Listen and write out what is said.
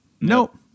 Nope